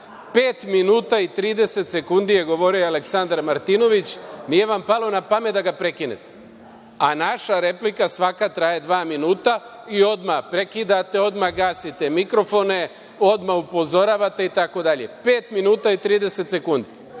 minuta i 30 sekundi je govorio Aleksandar Martinović i nije vam palo na pamet da ga prekinete, a naša replika svaka traje dva minuta i odmah prekidate, odmah gasite mikrofone, odmah upozoravate itd. Pet minuta i 30 sekundi.